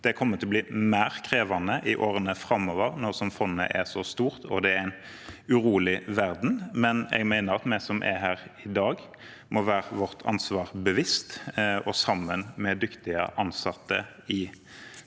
Det kommer til å bli mer krevende i årene framover, nå som fondet er så stort, og det er en urolig verden. Jeg mener at vi som er her i dag, må være vårt ansvar bevisst, og sammen med dyktige ansatte i